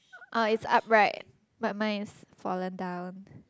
oh it's upright but mine is fallen down